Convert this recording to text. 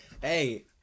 Hey